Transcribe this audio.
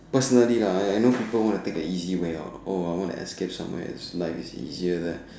personally lah I know people want to take it easy when you ask somewhere likes it easier